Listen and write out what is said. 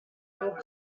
all